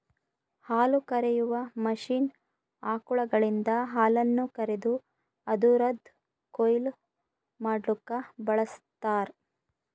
ಹಾಲುಕರೆಯುವ ಮಷೀನ್ ಆಕಳುಗಳಿಂದ ಹಾಲನ್ನು ಕರೆದು ಅದುರದ್ ಕೊಯ್ಲು ಮಡ್ಲುಕ ಬಳ್ಸತಾರ್